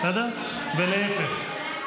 ולהפך.